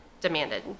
demanded